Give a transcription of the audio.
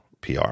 PR